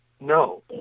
No